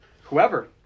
Whoever